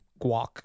guac